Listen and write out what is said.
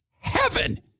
heaven